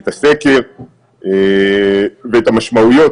את הסקר ואת המשמעויות,